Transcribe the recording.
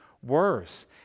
worse